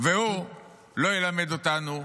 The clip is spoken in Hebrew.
הוא לא ילמד אותנו,